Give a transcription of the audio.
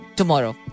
tomorrow